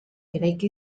eraiki